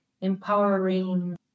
empowering